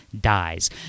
dies